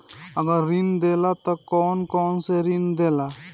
अगर ऋण देला त कौन कौन से ऋण देला?